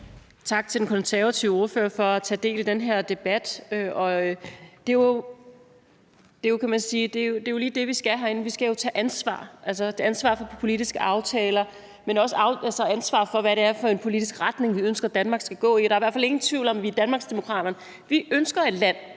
Tak til den konservative ordfører for at tage del i den her debat, og det er jo lige det, vi skal herinde; vi skal jo tage ansvar for politiske aftaler, men også ansvar for, hvad det er for en politisk retning, vi ønsker Danmark skal gå i. Og der er i hvert fald ingen tvivl om, at vi i Danmarksdemokraterne ønsker et land,